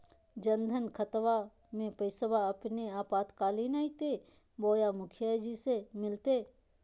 जन धन खाताबा में पैसबा अपने आपातकालीन आयते बोया मुखिया से मिलते?